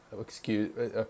excuse